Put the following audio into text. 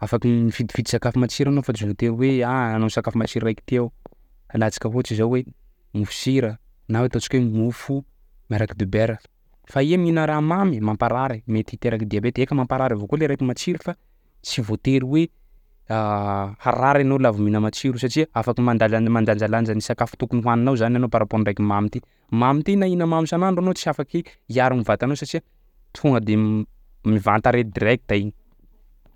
afaky m- mifidifidy sakafo matsiro anao fa tsy votery hoe aah anao sakafo matsiro raiky ty aho alantsika ohatsy zao hoe mofosira na hoe ataotsika hoe mofo miaraky dibera fa iha mihina raha mamy mamparary mety hiteraky diabety, e fa mampaharary avao koa le raiky matsiro fa tsy voatery hoe harary anao laha vao mihina matsiro satsia afaky mandalan- mandanjalanja ny sakafo tokony ho hohaninao zany anao par rapport ny raiky mamy ty, mamy ty na hina mamy isan'andro anao tsy afaky hiaro ny vatanao satsia tonga de mivanta arety direct iny.